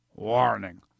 Warning